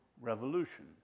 revolution